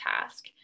task